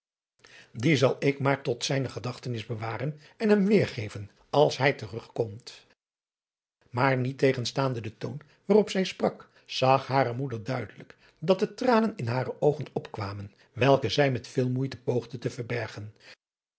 dien zal ik maar tot zijne gedachtenis bewaren en hem weêrgeven als hij terugkomt maar niettegenstaande den toon waarop zij sprak zag hare moeder duidelijk dat de tranen in hare oogen opkwamen welke zij met veel moeite poogde te verbergen